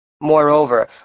Moreover